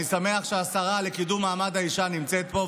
אני שמח שהשרה לקידום מעמד האישה נמצאת פה,